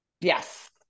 Yes